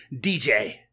DJ